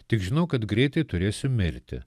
tik žinau kad greitai turėsiu mirti